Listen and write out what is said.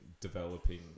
developing